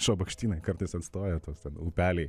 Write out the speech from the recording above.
šabakštynai kartais atstoja tuos ten upeliai